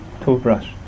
toothbrush